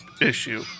issue